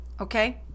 okay